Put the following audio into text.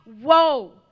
whoa